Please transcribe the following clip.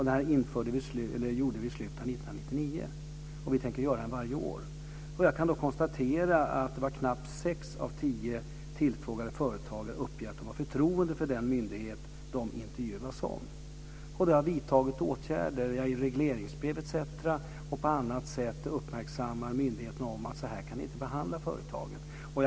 Detta gjorde vi i slutet av 1999, och vi tänker göra en sådan varje år. Jag kan konstatera att knappt sex av tio tillfrågade företagare uppger att de har förtroende för den myndighet de intervjuas om. Då har vi vidtagit åtgärder. I regleringsbrev och på annat sätt uppmärksammar vi myndigheterna på att de inte kan behandla företagen så.